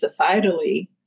societally